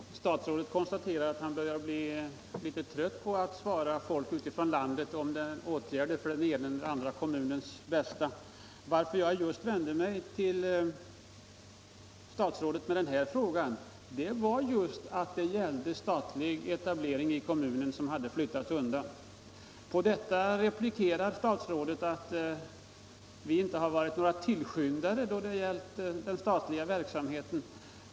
Herr talman! Statsrådet konstaterar att han börjar bli litet trött på att svara folk utifrån landet på frågor om åtgärder för den ena eller andra kommunens bästa. Att jag vände mig just till statsrådet med den här frågan berodde på att statlig etablering i kommunen hade flyttats undan. På detta replikerar statsrådet att vi inte varit några tillskyndare av den statliga verksamheten.